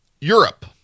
Europe